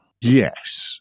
yes